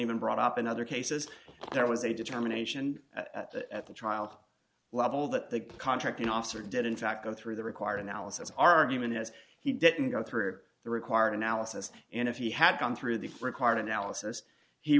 even brought up in other cases there was a determination at the trial level that the contracting officer did in fact go through the required analysis argument as he didn't go through the required analysis and if he had gone through the required analysis he